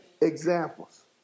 examples